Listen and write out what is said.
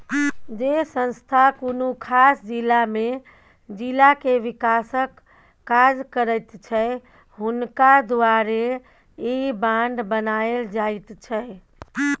जे संस्था कुनु खास जिला में जिला के विकासक काज करैत छै हुनका द्वारे ई बांड बनायल जाइत छै